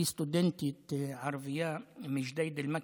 סטודנטית ערבייה מג'דיידה-מכר,